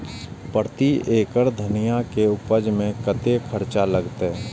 प्रति एकड़ धनिया के उपज में कतेक खर्चा लगते?